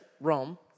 Rome